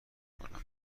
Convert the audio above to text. کنم